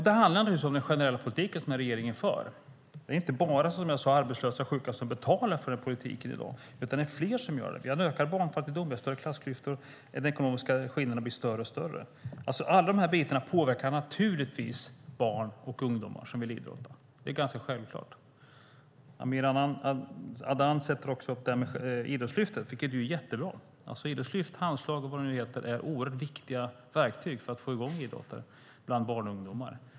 Det handlar om den generella politik regeringen för. Det är som jag sade inte bara arbetslösa och sjuka som betalar för politiken i dag, utan det är fler som gör det. Vi har en ökad barnfattigdom, vi har större klassklyftor och de ekonomiska skillnaderna blir större och större. Alla dessa bitar påverkar naturligtvis barn och ungdomar som vill idrotta. Det är ganska självklart. Amir Adan tar också upp detta med Idrottslyftet, vilket är jättebra. Idrottslyft, handslag och vad det nu heter är oerhört viktiga verktyg för att få i gång idrottande bland barn och ungdomar.